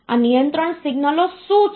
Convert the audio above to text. આ નિયંત્રણ સિગ્નલો શું છે